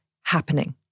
happening